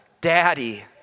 Daddy